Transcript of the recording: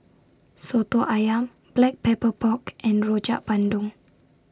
Soto Ayam Black Pepper Pork and Rojak Bandung